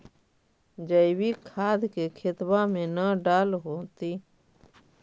जैवीक खाद के खेतबा मे न डाल होथिं?